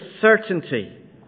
certainty